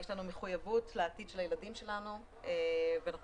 יש לנו מחויבות לעתיד של הילדים שלנו ואנחנו